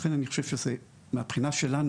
לכן אני חושב שמהבחינה שלנו,